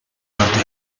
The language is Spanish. norte